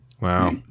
Wow